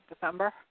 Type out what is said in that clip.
December